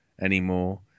anymore